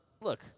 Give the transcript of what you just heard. Look